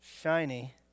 shiny